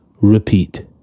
repeat